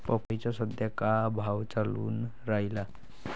पपईचा सद्या का भाव चालून रायला?